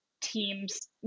teams